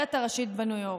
הכותרת הראשית בניו יורקר.